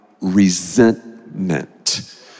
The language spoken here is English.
resentment